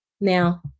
Now